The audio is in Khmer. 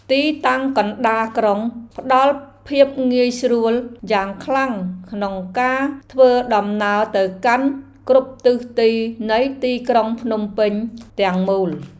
ទីតាំងកណ្តាលក្រុងផ្តល់ភាពងាយស្រួលយ៉ាងខ្លាំងក្នុងការធ្វើដំណើរទៅកាន់គ្រប់ទិសទីនៃទីក្រុងភ្នំពេញទាំងមូល។